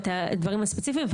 ואת הדברים הספציפיים,